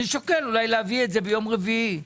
אני שוקל אולי להביא ביום רביעי.